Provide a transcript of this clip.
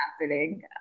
happening